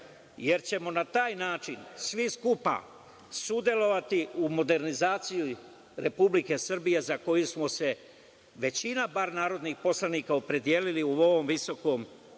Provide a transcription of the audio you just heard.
jer ćemo na taj način svi skupa sudelovati u modernizaciji Republike Srbije za koju smo se većina bar narodnih poslanika opredelili u ovom Visokom domu